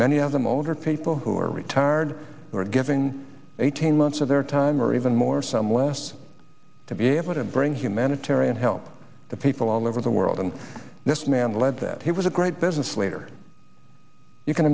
many of them older people who are retired or given eighteen months of their time or even more some less to be able to bring humanitarian help the people all over the world and this man led that he was a great business leader you can